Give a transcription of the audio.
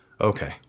Okay